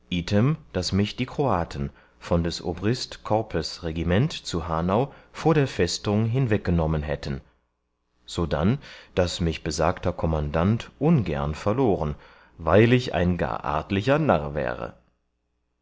daß mich die kroaten von des obrist corpes regiment zu hanau vor der festung hinweggenommen hätten sodann daß mich besagter kommandant ungern verloren weil ich gar ein artlicher narr wäre